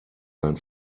sein